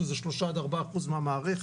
שזה 3% עד 4% מהמערכת,